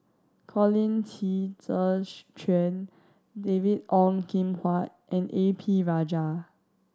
Colin Qi Zhe Quan David Ong Kim Huat and A P Rajah